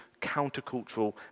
countercultural